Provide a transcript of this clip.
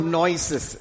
noises